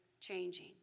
changing